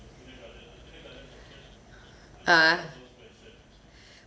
ah